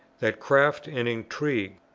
that craft and intrigue,